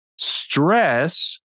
Stress